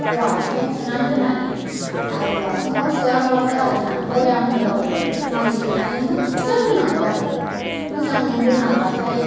औवा हासुङाव सोना दोननानै आरो औवा हासुङाव सोवाब्लाबो आरोना बयामफोराव मारिथेनानै मोज्जां दोननांगौ आरो मोजां दोनाब्लाथाय